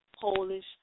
Polish